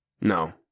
No